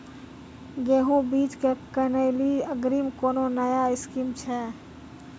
गेहूँ बीज की किनैली अग्रिम कोनो नया स्कीम छ?